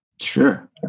Sure